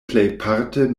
plejparte